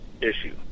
issue